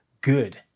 good